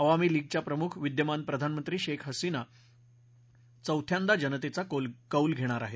आवामी लीगच्या प्रमुख विद्यमान प्रधानमंत्री शेख हसिना चौथ्यांदा जनतेचा कौल घेणार आहेत